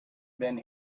been